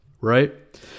right